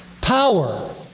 Power